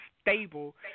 stable